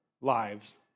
lives